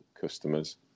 customers